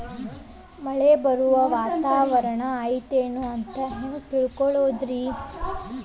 ಮಳೆ ಬರುವ ವಾತಾವರಣ ಐತೇನು ಅಂತ ಹೆಂಗ್ ತಿಳುಕೊಳ್ಳೋದು ರಿ?